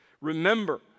Remember